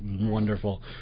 wonderful